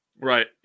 Right